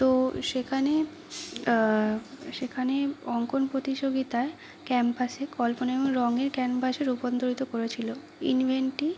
তো সেখানে সেখানে অঙ্কন প্রতিযোগিতায় ক্যাম্পাসে কল্পনায় রঙের ক্যানভাসে রূপান্তরিত করেছিল ইভেন্টটি